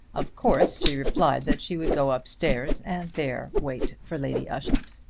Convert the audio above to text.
of course she replied that she would go up-stairs and there wait for lady ushant.